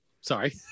sorry